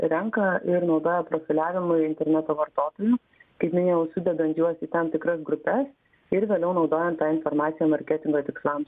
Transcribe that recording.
renka ir naudoja profiliavimui interneto vartotojų kaip minėjau sudedat juos į tam tikras grupes ir vėliau naudojant tą informaciją marketingo tikslams